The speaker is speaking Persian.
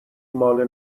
ماله